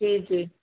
जी जी